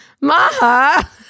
Maha